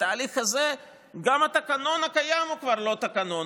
בתהליך הזה גם התקנון הקיים הוא כבר לא תקנון,